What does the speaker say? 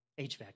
HVAC